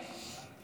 תודה.